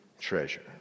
treasure